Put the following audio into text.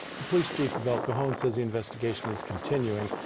the police chief of el cajon says the investigation is continuing.